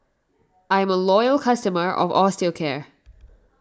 I'm a loyal customer of Osteocare